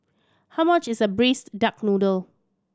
how much is a Braised Duck Noodle